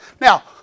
now